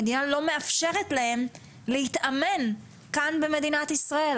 המדינה לא מאפשרת להם להתאמן כאן במדינת ישראל.